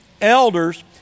elders